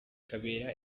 kabera